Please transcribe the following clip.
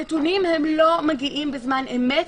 הנתונים לא מגיעים בזמן אמת,